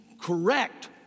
correct